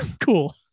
Cool